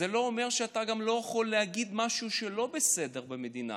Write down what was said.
זה לא אומר שאתה לא יכול גם להגיד משהו שלא בסדר במדינה,